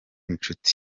inshuti